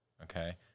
Okay